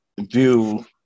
view